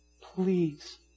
Please